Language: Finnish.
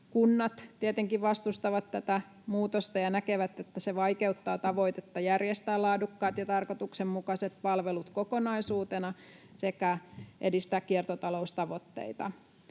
Kunnat tietenkin vastustavat tätä muutosta ja näkevät, että se vaikeuttaa tavoitetta järjestää laadukkaat ja tarkoituksenmukaiset palvelut kokonaisuutena sekä edistää kiertotaloustavoitteita.